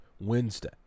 Wednesday